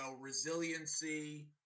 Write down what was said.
resiliency